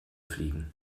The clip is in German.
fliegen